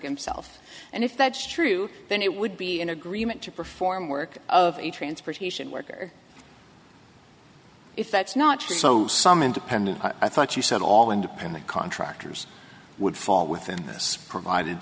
themselves and if that's true then it would be an agreement to perform work of a transportation worker if that's not true so some independent i thought you said all independent contractors would fall within this provided